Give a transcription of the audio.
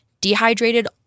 dehydrated